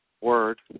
word